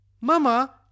Mama